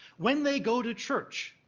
when they go to church,